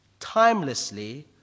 timelessly